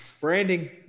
Branding